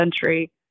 century